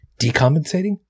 Decompensating